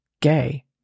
gay